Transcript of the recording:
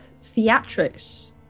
theatrics